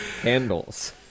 Handles